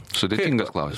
sudėtingas klaus